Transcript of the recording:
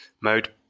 mode